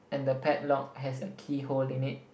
and the padlock has a key hole in it